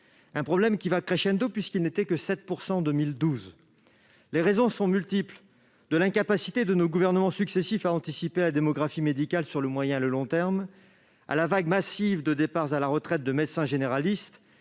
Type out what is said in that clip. Ce problème va, puisque cette proportion n'était que de 7 % en 2012. Les raisons en sont multiples- de l'incapacité des gouvernements successifs à anticiper la démographie médicale sur le moyen et le long terme à la vague massive de départs à la retraite de médecins généralistes,